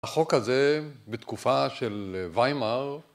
החוק הזה, בתקופה של ויימר,